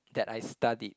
that I studied